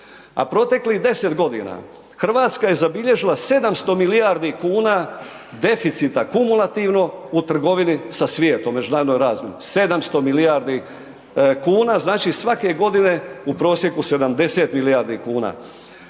proteklih 10 g. Hrvatska je zabilježila 700 milijardi kuna deficita kumulativno u trgovini sa svijetom u međunarodnoj razmjeni. 700 milijardi kuna, znači svake godine u prosjeku 70 milijardi kuna.